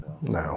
No